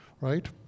right